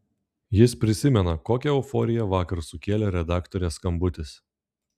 jis prisimena kokią euforiją vakar sukėlė redaktorės skambutis